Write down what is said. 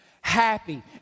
happy